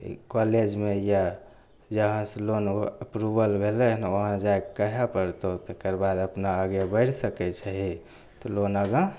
कॉलेजमे या जहाँसँ लोन अप्रूवल भेलय हन वहाँ जायके कहऽ पड़तौ तकर बाद अपना आगे बढ़ि सकय छिहि तऽ लोन आगा